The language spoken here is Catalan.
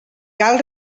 cal